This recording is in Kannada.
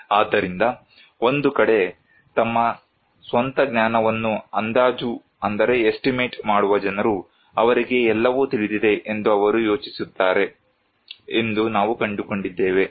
ಆದ್ದರಿಂದ ಒಂದು ಕಡೆ ತಮ್ಮ ಸ್ವಂತ ಜ್ಞಾನವನ್ನು ಅಂದಾಜು ಮಾಡುವ ಜನರು ಅವರಿಗೆ ಎಲ್ಲವೂ ತಿಳಿದಿದೆ ಎಂದು ಅವರು ಯೋಚಿಸುತ್ತಾರೆ ಎಂದು ನಾವು ಕಂಡುಕೊಂಡಿದ್ದೇವೆ